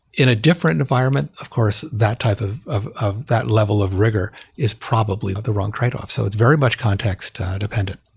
in a different environment, of course, that type of of that level of rigor is probably the wrong tradeoff. so it's very much context ah dependent.